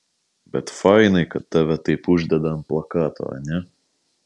bet fainai kad tave taip uždeda ant plakato ane